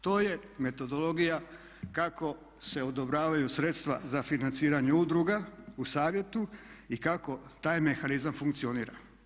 To je metodologija kako se odobravaju sredstva za financiranje udruga u Savjetu i kako taj mehanizam funkcionira.